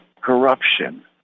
corruption